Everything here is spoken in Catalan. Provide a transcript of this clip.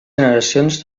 generacions